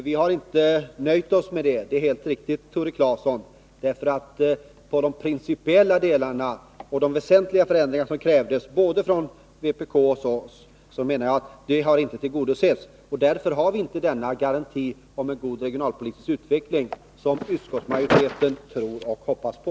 Herr talman! Det är helt riktigt, Tore Claeson, att vi inte har nöjt oss med detta. De krav i fråga om de principiella delarna och om väsentliga förändringar som har ställts av både vpk och oss har inte tillgodosetts. Därför har vi inte någon garanti för en god regionalpolitisk utveckling, vilket utskottsmajoriteten tror och hoppas på.